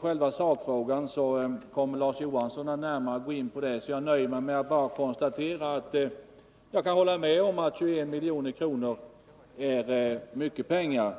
Själva sakfrågan kommer Larz Johansson att gå närmare in på. Jag nöjer mig därför med att konstatera att jag kan hålla med om att 21 milj.kr. är mycket pengar.